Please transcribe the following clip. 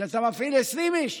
כשאתה מפעיל ל-20 איש,